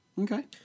Okay